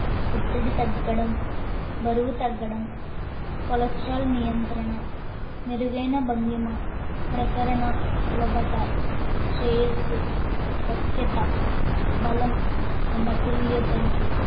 ఒత్తిడి తగ్గడం బరువు తగ్గడం కొలస్ట్రాల్ నియంత్రణ మెరుగైన భంగిమ ప్రసరణ సులభత శ్రేయస్సు వశ్యత బలం సమతుల్యతను